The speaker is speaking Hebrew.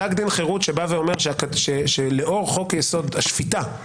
פסק דין חרות שבא ואומר שלאור חוק-יסוד: השפיטה,